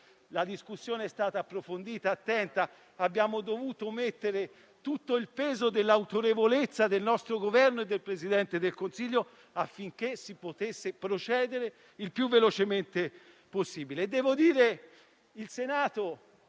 La discussione è stata approfondita, attenta. Abbiamo dovuto mettere tutto il peso dell'autorevolezza del nostro Governo e del Presidente del Consiglio affinché si potesse procedere il più velocemente possibile.